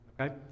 okay